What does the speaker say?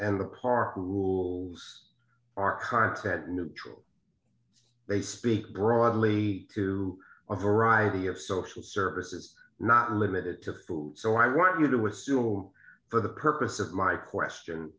and the park rules are content neutral they speak broadly to a variety of social services not limited to food so i want you to assume though for the purpose of my question